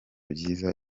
byiza